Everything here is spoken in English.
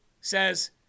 says